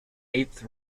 eighth